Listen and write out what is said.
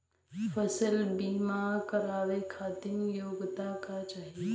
फसल बीमा करावे खातिर योग्यता का चाही?